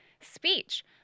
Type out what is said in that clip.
speech